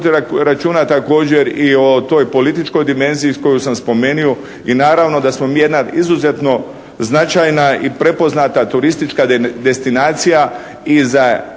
Hvala vam